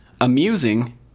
amusing